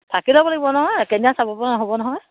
থাকি ল'ব লাগিবতোন আকৌ একে দিনাই চাব পৰা নহ'ব নহয়